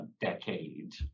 decade